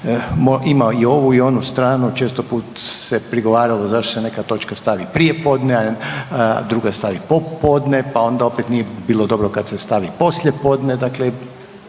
ima i ovu i onu stranu često puta se prigovaralo zašto se neka točka stavi prije podne, a druga stavi popodne, pa onda opet nije bilo dobro kad se stavi poslijepodne. Dakle,